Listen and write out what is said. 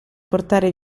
portare